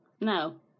No